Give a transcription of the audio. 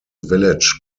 village